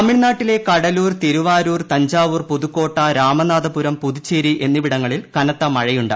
തമിഴ്നാട്ടിലെ കടലൂർ തിരുവാരൂർ തഞ്ചാവൂർ പുതുക്കോട്ട രാമനാഥപുരം പുതുച്ചേരി എന്നിവിടങ്ങളിൽ കനത്ത മഴയുണ്ട്